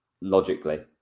logically